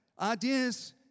ideas